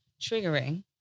triggering